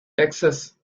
texas